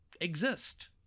exist